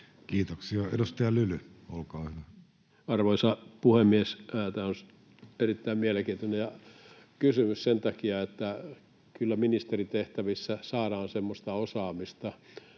Kiitoksia. — Edustaja Lyly, olkaa hyvä. Arvoisa puhemies! Tämä on erittäin mielenkiintoinen kysymys sen takia, että kyllä ministerin tehtävissä saadaan semmoista osaamista,